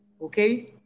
okay